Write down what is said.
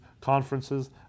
conferences